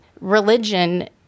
religion